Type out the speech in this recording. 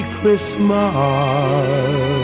Christmas